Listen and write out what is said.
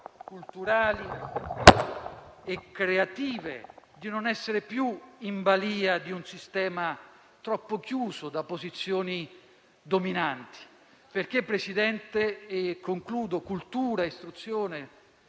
culturali e creative di non essere più in balia di un sistema troppo chiuso da posizioni dominanti. Presidente - e concludo - cultura, istruzione